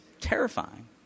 terrifying